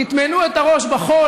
תטמנו את הראש בחול,